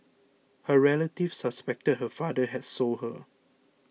her relatives suspected her father had sold her